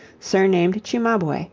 surnamed cimabue,